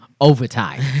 overtime